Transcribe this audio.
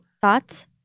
Thoughts